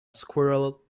squirrel